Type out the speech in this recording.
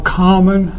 common